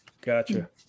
Gotcha